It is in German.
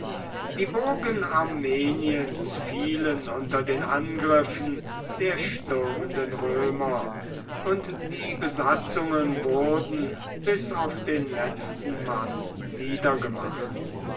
die burgen armeniens fielen unter den angriffen der stürmenden römer und die besatzungen wurden bis auf den letzten mann niedergemacht